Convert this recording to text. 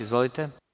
Izvolite.